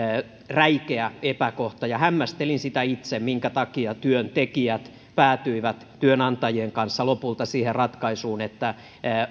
räikeä epäkohta hämmästelin sitä itse minkä takia työntekijät päätyivät työnantajien kanssa lopulta siihen ratkaisuun että